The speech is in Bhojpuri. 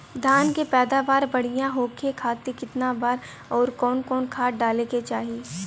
धान के पैदावार बढ़िया होखे खाती कितना बार अउर कवन कवन खाद डाले के चाही?